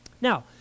Now